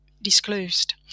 disclosed